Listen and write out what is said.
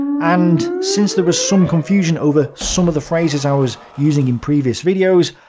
and, since there was some confusion over some of the phrases i was using in previous videos,